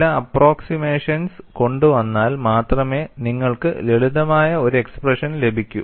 ചില അപ്പ്രോക്സിമേഷൻസ് കൊണ്ടുവന്നാൽ മാത്രമേ നിങ്ങൾക്ക് ലളിതമായ ഒരു എക്സ്പ്രെഷൻ ലഭിക്കൂ